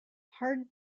hard